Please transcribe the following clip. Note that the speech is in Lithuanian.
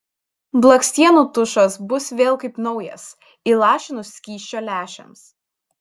blakstienų tušas bus vėl kaip naujas įlašinus skysčio lęšiams